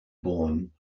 born